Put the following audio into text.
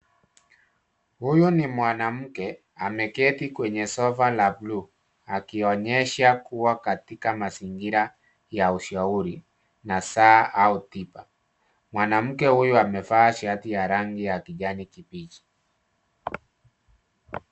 Huyu ni mwanamke, ameketi kwenye sofa la blue .Akionyesha kuwa katika mazingira ya ushauri nasaha au tiba. Mwanamke huyu amevaa shati ya rangi ya kijani kibichi.